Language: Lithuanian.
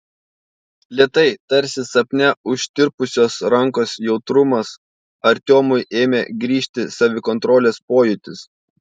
lėtai tarsi sapne užtirpusios rankos jautrumas artiomui ėmė grįžti savikontrolės pojūtis